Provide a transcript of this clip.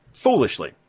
foolishly